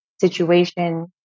situation